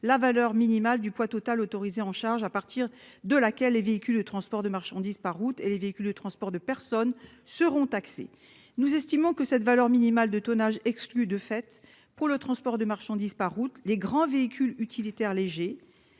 la valeur minimale du poids total autorisé en charge à partir de laquelle les véhicules de transport de marchandises par route et les véhicules de transport de personnes seront taxés. Nous estimons que cette valeur minimale de tonnage exclut de fait pour le transport de marchandises par route les grands véhicules utilitaires légers.